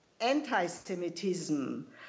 anti-Semitism